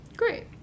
great